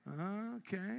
Okay